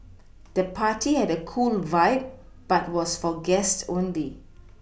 the party had a cool vibe but was for guest only